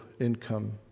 income